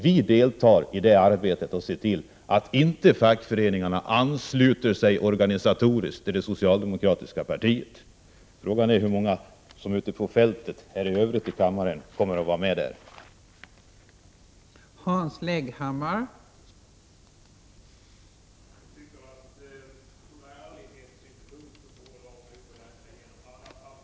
Vi deltar i arbetet och ser till att fackföreningarna inte ansluter sig organisatoriskt till det socialdemokratiska partiet. Frågan är hur många av dem här i kammaren som ute på fältet kommer att vara med i det arbetet.